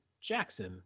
Jackson